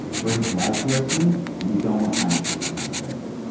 bring to light to our students and we don't finances to become a barrier.